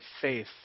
faith